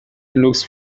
لوکس